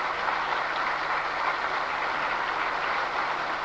Tack.